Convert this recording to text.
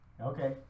Okay